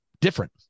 different